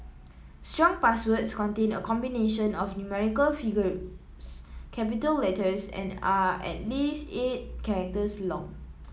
strong passwords contain a combination of numerical figures capital letters and are at least eight characters long